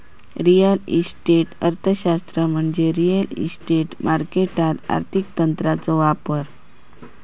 real estate अर्थशास्त्र म्हणजे real estate मार्केटात आर्थिक तंत्रांचो वापर